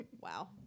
Wow